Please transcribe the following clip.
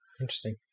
Interesting